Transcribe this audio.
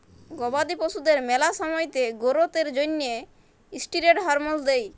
গবাদি পশুদের ম্যালা সময়তে গোরোথ এর জ্যনহে ষ্টিরেড হরমল দেই